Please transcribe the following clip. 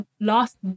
last